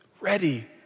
Ready